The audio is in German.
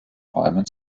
räumen